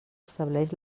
estableix